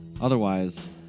Otherwise